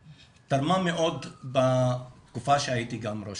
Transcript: היא תרמה מאוד בתקופה שהייתי גם ראש